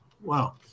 Wow